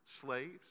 slaves